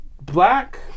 Black